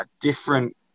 different